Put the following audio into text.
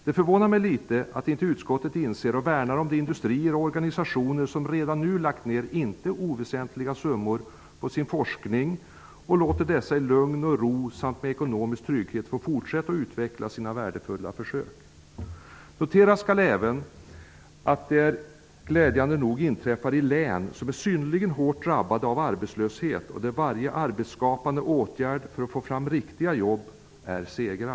Det förvånar mig litet att inte utskottet inser och värnar om de industrier och organisationer som redan nu har lagt ner inte oväsentliga summor på sin forskning och låter dessa i lugn och ro samt med ekonomisk trygghet få fortsätta att utveckla sina värdefulla försök. Noteras skall även att denna verksamhet glädjande nog inträffar i län som är synnerligen hårt drabbade av arbetslösheten. Där är varje arbetsskapande åtgärd för att få fram riktiga jobb en seger.